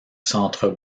centre